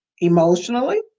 emotionally